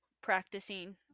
practicing